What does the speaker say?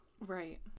Right